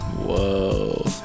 Whoa